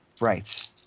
Right